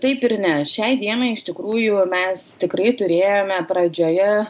taip ir ne šiai dienai iš tikrųjų mes tikrai turėjome pradžioje